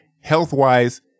Health-wise